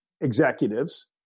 executives